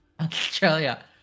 Australia